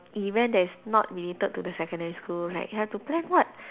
event that is not related to the secondary school like have to plan what